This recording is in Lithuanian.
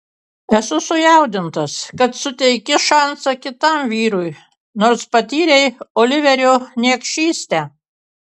esu sujaudintas kad suteiki šansą kitam vyrui nors patyrei oliverio niekšystę